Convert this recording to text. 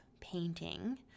painting